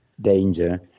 danger